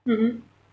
mmhmm